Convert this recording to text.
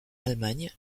allemagne